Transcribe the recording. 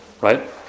right